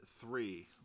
three